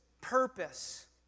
purpose